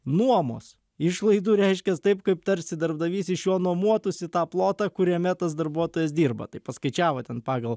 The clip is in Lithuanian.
nuomos išlaidų reiškias taip kaip tarsi darbdavys iš jo nuomotųsi tą plotą kuriame tas darbuotojas dirba tai paskaičiavo ten pagal